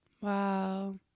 wow